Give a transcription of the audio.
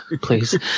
please